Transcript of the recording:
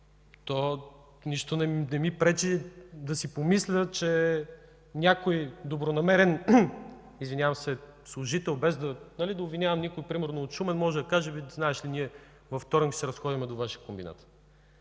то нищо не ми пречи да си помисля, че някой добронамерен служител, без да обвинявам никого, примерно от Шумен, може да каже: „Абе, ти знаеш ли, ние във вторник ще се разходим до Вашия комбинат”.